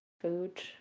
food